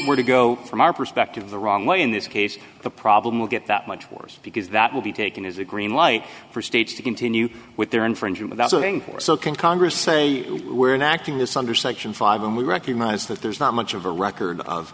were to go from our perspective the wrong way in this case the problem will get that much worse because that will be taken as a green light for states to continue with their infringing without knowing or so can congress say we're not doing this under section five and we recognize that there's not much of a record of